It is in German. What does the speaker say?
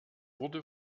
wurde